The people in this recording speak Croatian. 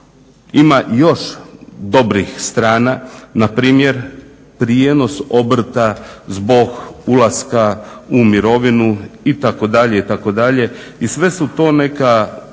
ima još dobrih strana, na primjer prijenos obrta zbog ulaska u mirovinu itd. itd. I sve su to neka